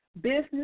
business